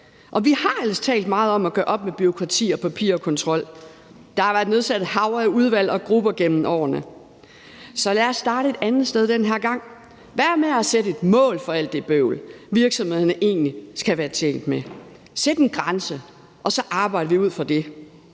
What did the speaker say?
vi har ellers talt meget om at gøre op med bureaukrati, papir og kontrol. Der har været nedsat et hav af udvalg og grupper igennem årene. Så lad os starte et andet sted den her gang. Hvad med at sætte et mål for alt det bøvl, virksomhederne egentlig skal være tjent med, sæt en grænse, og så arbejder vi ud fra det.